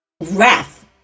Wrath